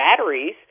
batteries